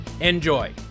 Enjoy